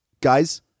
guys